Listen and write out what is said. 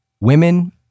women